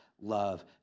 love